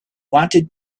wanted